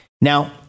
Now